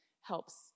helps